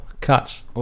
catch